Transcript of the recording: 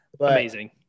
Amazing